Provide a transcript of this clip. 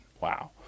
Wow